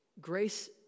Grace